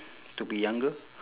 to be younger